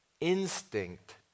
instinct